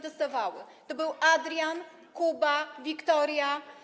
To byli Adrian, Kuba, Wiktoria.